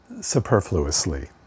superfluously